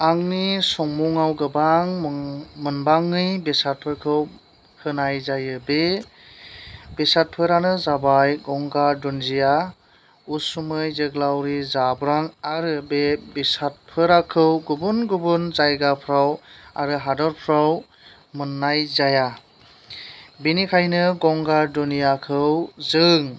आंनि संमुंआव गोबां मुं मोनबाङै बेसादफोरखौ होनाय जायो बे बेसादफोरानो जाबाय गंगार दुनदिया आसुमै जोग्लावरि जाब्रां आरो बे बेसादफोराखौ गुबुन गुबुन जायगाफ्राव आरो हादरफ्राव मोननाय जाया बेनिखायनो गंगार दुनियाखौ जों